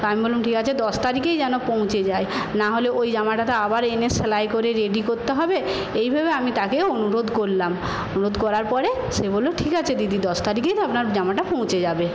আমি বললাম ঠিক আছে দশ তারিখেই যেন পৌঁছে যায় না হলে ওই জামাটা তো আবার এনে সেলাই করে রেডি করতে হবে এই ভেবে আমি তাকে অনুরোধ করলাম অনুরোধ করার পরে সে বলল ঠিক আছে দিদি দশ তারিখেই আপনার জামাটা পৌঁছে যাবে